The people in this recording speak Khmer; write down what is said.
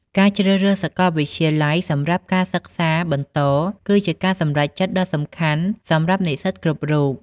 ការជ្រើសរើសសាកលវិទ្យាល័យសម្រាប់ការសិក្សាបន្តគឺជាការសម្រេចចិត្តដ៏សំខាន់សម្រាប់និស្សិតគ្រប់រូប។